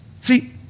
See